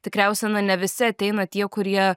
tikriausiai na ne visi ateina tie kurie